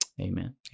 Amen